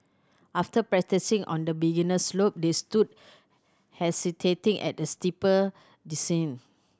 after practising on the beginner slope they stood hesitating at a steeper descent